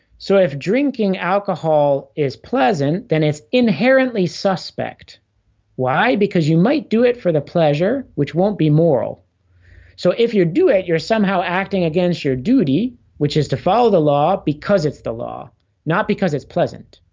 so if drinking alcohol is pleasant then it's inherently suspect why because you might do it for the pleasure which won't be moral so if you do it you're somehow acting against your duty which is to follow the law because it's the law not because it's pleasant